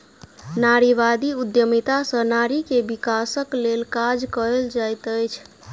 नारीवादी उद्यमिता सॅ नारी के विकासक लेल काज कएल जाइत अछि